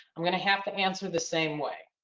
i'm going to have to answer the same way.